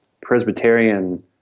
Presbyterian –